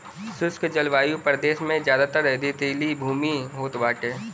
शुष्क जलवायु प्रदेश में जयादातर रेतीली भूमि होत बाटे